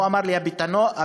והוא אמר לי: הפתרון